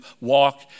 walk